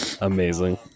Amazing